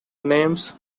names